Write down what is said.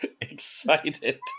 excited